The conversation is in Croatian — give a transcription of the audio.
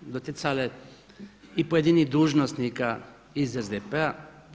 doticale i pojedinih dužnosnika iz SDP-a.